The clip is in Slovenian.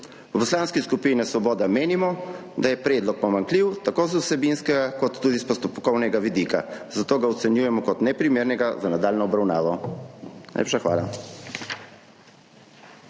V Poslanski skupini Svoboda menimo, da je predlog pomanjkljiv tako z vsebinskega kot tudi s postopkovnega vidika, zato ga ocenjujemo kot neprimernega za nadaljnjo obravnavo. Najlepša hvala.